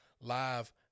Live